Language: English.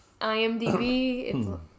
IMDb